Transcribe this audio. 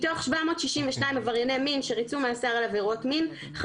מתוך 762 עברייני מין שריצו מאסר על עבירות מין,